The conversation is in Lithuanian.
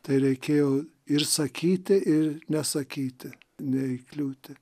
tai reikėjo ir sakyti ir nesakyti neįkliūti